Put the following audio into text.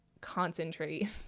concentrate